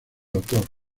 autor